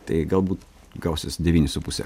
tai galbūt gausis devyni su puse